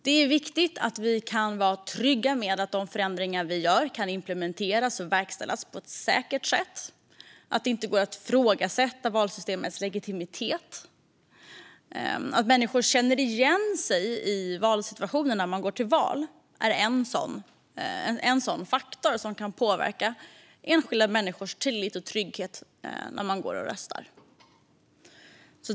Det är viktigt att vi kan vara trygga med att de förändringar vi gör kan implementeras och verkställas på ett säkert sätt och att det inte går att ifrågasätta valsystemets legitimitet. Att människor känner igen sig i valsituationen när man går till val är en faktor som kan påverka enskilda människors tillit och trygghet när de går och röstar.